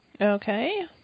Okay